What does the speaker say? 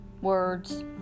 words